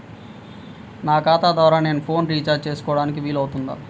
నా ఖాతా ద్వారా నేను ఫోన్ రీఛార్జ్ చేసుకోవడానికి వీలు అవుతుందా?